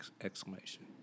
exclamation